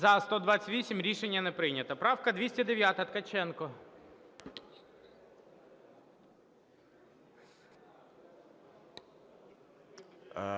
За-128 Рішення не прийнято. Правка 209, Ткаченко.